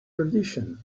tradition